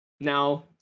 Now